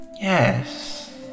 Yes